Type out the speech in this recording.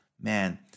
man